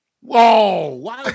Whoa